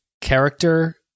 character